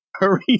Hurry